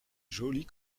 jolie